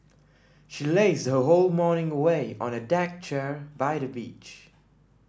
she lazed her whole morning away on a deck chair by the beach